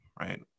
right